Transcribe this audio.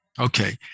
okay